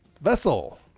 Vessel